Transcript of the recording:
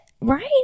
right